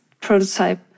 prototype